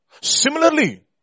Similarly